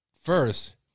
first